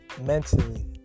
mentally